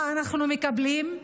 מה אנחנו מקבלים?